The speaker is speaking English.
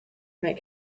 make